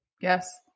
Yes